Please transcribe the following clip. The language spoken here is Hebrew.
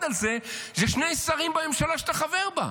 על זה היו שני שרים בממשלה שאתה חבר בה.